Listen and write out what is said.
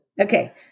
Okay